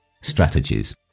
Strategies